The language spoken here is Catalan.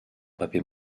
paper